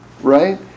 right